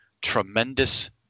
tremendous